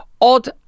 odd